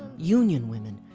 union women,